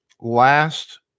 last